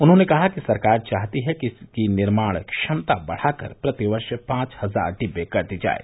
उन्होंने कहा कि सरकार चाहती है कि इसकी निर्माण क्षमता बढ़ाकर प्रतिवर्ष पांच हजार डिब्बे कर दी जाये